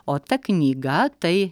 o ta knyga tai